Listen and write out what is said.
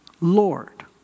Lord